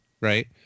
Right